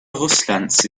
russlands